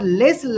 less